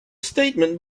statement